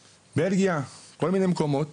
בלגיה, כל מיני מקומות,